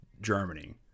Germany